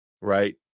Right